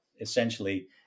essentially